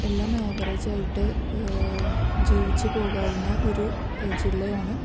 എല്ലാം ആവറേജായിട്ട് ജീവിച്ചു പോകാവുന്ന ഒരു ജില്ലയാണ്